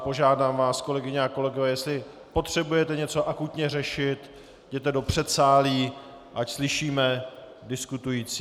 Požádám vás, kolegyně a kolegové, jestli potřebujete něco akutně řešit, jděte do předsálí, ať slyšíme diskutující.